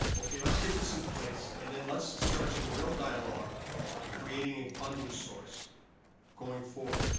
okay, let's get this in place, and then let's start some real dialogue on creating a funding source going forward.